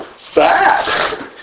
Sad